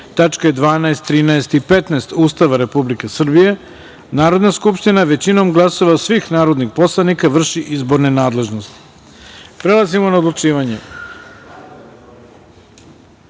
12, 13. i 15. Ustava Republike Srbije, Narodna skupština, većinom glasova svih narodnih poslanika, vrši izborne nadležnosti. Prelazimo na odlučivanje. Prva